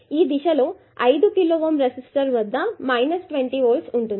ఈ దిశలో 5కిలోΩ రెసిస్టర్ వద్ద 20v ఉంటుంది